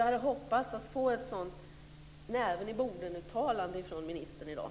Jag hade hoppats på ett sådant näven-i-bordet-uttalande från ministern i dag.